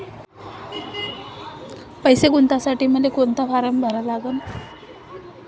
पैसे गुंतवासाठी मले कोंता फारम भरा लागन?